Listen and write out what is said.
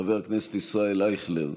חבר הכנסת ישראל אייכלר,